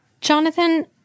Jonathan